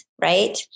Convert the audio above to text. right